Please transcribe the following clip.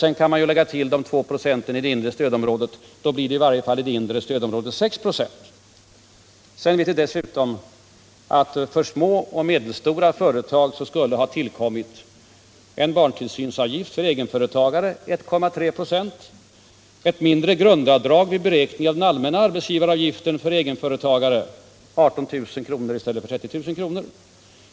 Lägger man sedan till de två procenten i det inre stödområdet, blir det åtminstone där 6 96. För små och medelstora företag skulle ha tillkommit en barntillsynsavgift för egenföretagare om 1,3 96 och ett minskat grundavdrag vid beräkning av den allmänna arbetsgivaravgiften för egenföretagare — 18 000 kr. i stället för 30000 kr.